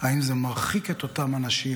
אם זה מרחיק את אותם אנשים